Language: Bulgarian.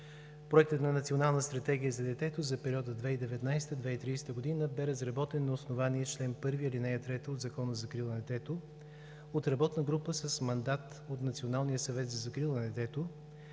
Проектът на Национална стратегия за детето за периода 2019 – 2030 г. бе разработен на основание чл. 1, ал. 3 от Закона за закрила на детето от работна група с мандат от Националния съвет за закрила на детето,